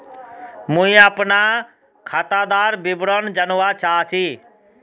मुई अपना खातादार विवरण जानवा चाहची?